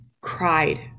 cried